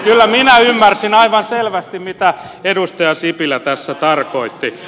kyllä minä ymmärsin aivan selvästi mitä edustaja sipilä tässä tarkoitti